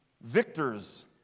victors